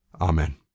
Amen